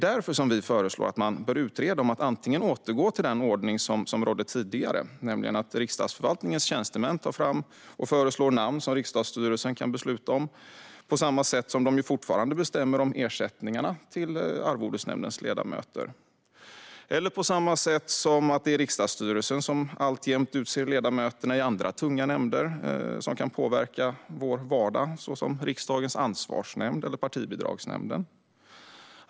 Därför föreslår vi att man bör utreda om man ska återgå till den ordning som gällde tidigare, det vill säga att Riksdagsförvaltningens tjänstemän tar fram och föreslår namn som riksdagsstyrelsen kan besluta om. De bestämmer ju fortfarande om ersättningarna till arvodesnämndens ledamöter och utser alltjämt ledamöterna i andra tunga nämnder som kan påverka vår vardag, såsom Riksdagens ansvarsnämnd och Partibidragsnämnden.